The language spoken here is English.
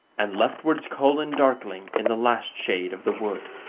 and leftwards colan darkling, in the last shade of the wood.